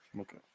Okay